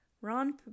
Ron